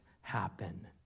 happen